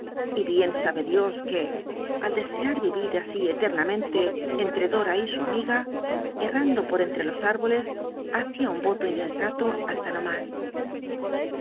y bien sabe dios que al desear vivit así etel'llamente entre do a y su amiga errando por entre los árboles hacia un voto insensato hasta no mas